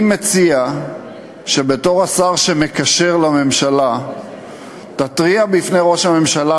אני מציע שבתור השר שמקשר לממשלה תתריע בפני ראש הממשלה,